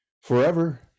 forever